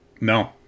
no